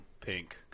pink